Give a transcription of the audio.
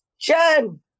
Jen